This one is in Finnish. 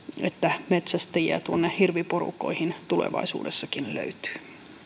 että metsästäjiä tuonne hirviporukoihin tulevaisuudessakin löytyy